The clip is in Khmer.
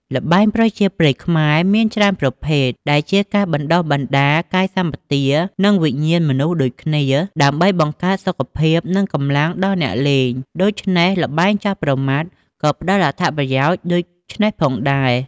ល្បែងប្រជាប្រិយខ្មែរមានច្រើនប្រភេទ ដែលជាការបណ្ដុះបណ្ដាលកាយសម្បទា និងវិញ្ញាណមនុស្សដូចគ្នា ដើម្បីបង្កើតសុខភាព និងកម្លាំងដល់អ្នកលេង ដូច្នេះល្បែងចោះប្រមាត់ក៏ផ្តល់អត្ថប្រយោជន៍ដូច្នេះផងដែរ។